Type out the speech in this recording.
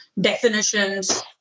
definitions